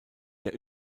der